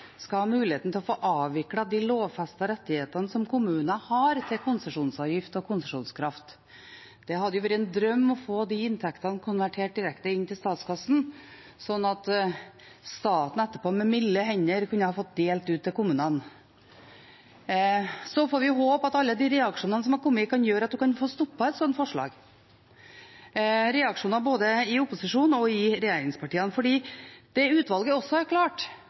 skal ha mulighet til å få avviklet de lovfestede rettigheter som kommuner har til konsesjonsavgift og konsesjonskraft. Det hadde jo vært en drøm å få de inntektene konvertert direkte inn til statskassen, slik at staten etterpå med milde hender kunne få dele ut til kommunene. Vi får håpe at alle de reaksjonene som har kommet, kan gjøre at man kan få stoppet et slikt forslag. Det er reaksjoner både i opposisjonen og i regjeringspartiene, fordi det som utvalget også har klart,